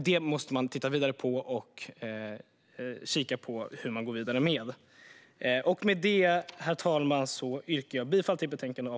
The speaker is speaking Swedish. Det måste man titta på för att se hur man går vidare med det. Herr talman! Med det yrkar jag bifall till utskottets förslag i betänkandet och avslag på reservationerna.